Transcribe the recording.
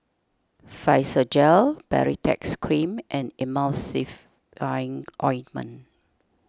Physiogel Baritex Cream and Emulsying Ointment